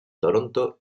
toronto